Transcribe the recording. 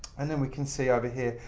and then we can see over here.